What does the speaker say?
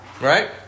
Right